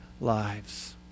lives